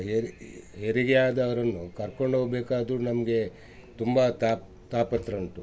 ಹೆರಿ ಹೆರಿಗೆ ಆದವರನ್ನು ಕರ್ಕೊಂಡು ಹೋಗ್ಬೇಕಾದರೂ ನಮಗೆ ತುಂಬಾ ತಾಪ್ ತಾಪತ್ರಯ ಉಂಟು